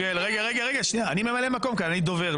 אני ממלא מקום כאן, אני דובר.